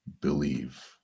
believe